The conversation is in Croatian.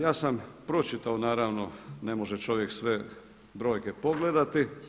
Ja sam pročitao naravno, ne može čovjek sve brojke pogledati.